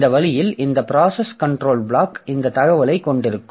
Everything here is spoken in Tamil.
இந்த வழியில் இந்த ப்ராசஸ் கன்ட்ரோல் பிளாக் இந்த தகவலைக் கொண்டிருக்கும்